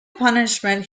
punishment